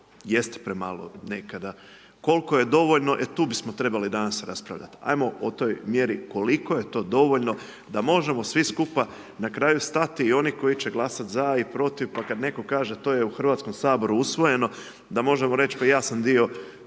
jeste premalo nekada, koliko je dovoljno e tu bismo trebali danas raspravljati. Ajmo o toj mjeri koliko je to dovoljno da možemo svi skupa na kraju stati i oni koji će glasati za i protiv. Pa kada netko kaže to je u Hrvatskom saboru usvojeno da možemo reći pa ja sam dio